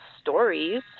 stories